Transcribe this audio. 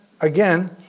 Again